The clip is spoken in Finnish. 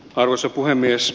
arvoisa puhemies